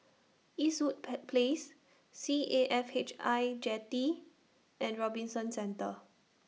Eastwood pair Place C A F H I Jetty and Robinson Centre